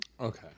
okay